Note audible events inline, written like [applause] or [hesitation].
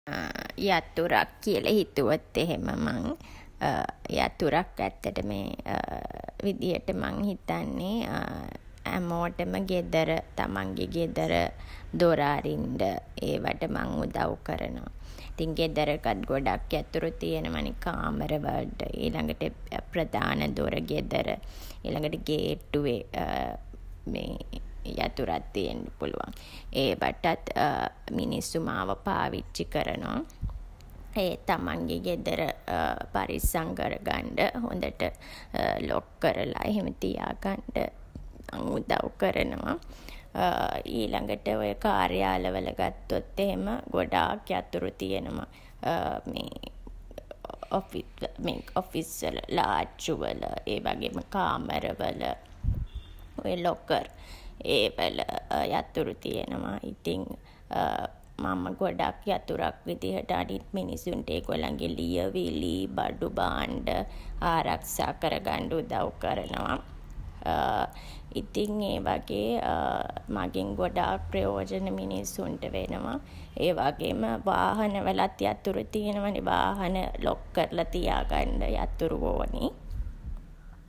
[hesitation] යතුරක් කියලා හිතුවොත් එහෙම [hesitation] යතුරක් ඇත්තටම [hesitation] විදිහට මං හිතන්නේ [hesitation] හැමෝටම ගෙදර තමන්ගේ ගෙදර දොර අරින්ඩ ඒවට මං උදව් කරනවා. ඉතින් ගෙදරකත් ගොඩක් යතුරු තියනවා නේ. කාමර වලට. ඊළඟට [hesitation] ප්‍රධාන දොර ගෙදර. ඊළඟට ගේට්ටුවේ [hesitation] යතුරක් තියෙන්න පුළුවන්. ඒවටත් [hesitation] මිනිස්සු මාව පාවිච්චි කරනවා. ඒ තමන්ගේ ගෙදර [hesitation] පරිස්සම් කරගන්ඩ හොඳට ලොක් කරලා එහෙම තියා ගන්ඩ මම උදව් කරනවා. [hesitation] ඊළඟට ඔය කාර්යාලවල ගත්තොත් එහෙම ගොඩාක් යතුරු තියනවා. [hesitation] මේ ඔෆිස් වල ලාච්චුවල, ඒ වගේම කාමර වල, ඔය ලොකර් ඒ වල යතුරු තියනවා. ඉතින් [hesitation] මම ගොඩක් යතුරක් විදිහට අනිත් මිනිස්සුන්ට ඒගොල්ලන්ගේ ලියවිලි, බඩු භාණ්ඩ ආරක්සා කරගන්ඩ උදව් කරනවා. [hesitation] ඉතින් ඒ වගේ [hesitation] මගෙන් ගොඩාක් ප්‍රයෝජන මිනිස්සුන්ට වෙනවා. ඒ වගේම වාහන වලත් යතුරු තියනවා නේ. වාහන ලොක් කරලා තියාගන්ඩ යතුරු ඕනේ.